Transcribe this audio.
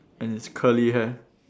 and his curly hair